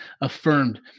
affirmed